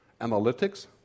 Analytics